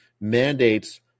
mandates